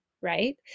right